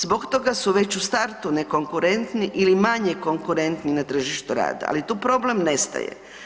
Zbog toga su već u startu nekonkurentni ili manje konkurentni na tržištu rada ali tu problem ne staje.